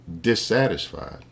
dissatisfied